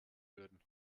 würden